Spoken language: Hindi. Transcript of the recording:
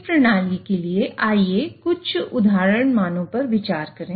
इस प्रणाली के लिए आइए कुछ उदाहरण मानों पर विचार करें